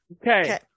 Okay